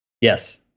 Yes